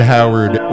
Howard